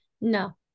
no